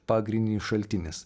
pagrindinis šaltinis